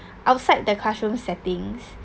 outside the classroom settings